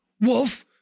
wolf